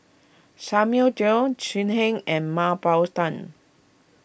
Samuel Dyer So Heng and Mah Bow Tan